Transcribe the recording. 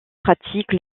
pratique